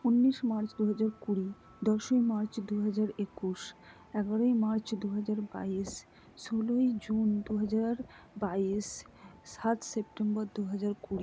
উনিশ মার্চ দুহাজার কুড়ি দশই মার্চ দুহাজার একুশ এগারোই মার্চ দুহাজার বাইশ ষোলোই জুন দুহাজার বাইশ সাত সেপ্টেম্বর দুহাজার কুড়ি